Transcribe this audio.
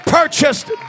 purchased